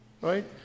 right